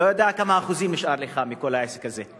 לא יודע כמה אחוזים נשאר לך מכל העסק הזה.